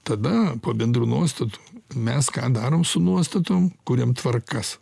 tada po bendrų nuostatų mes ką darom su nuostatom kuriam tvarkas